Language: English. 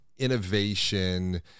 innovation